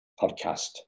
podcast